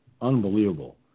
unbelievable